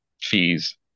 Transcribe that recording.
fees